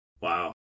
Wow